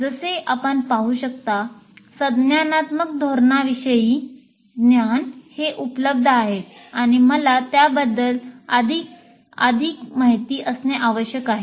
जसे आपण पाहू शकता संज्ञानात्मक धोरणांविषयी ज्ञान हे उपलब्ध आहेत आणि मला त्याबद्दल आधी माहिती असणे आवश्यक आहे